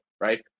right